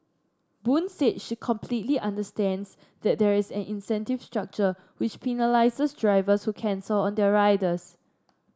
Boon said she completely understands that there is an incentive structure which penalises drivers who cancel on their riders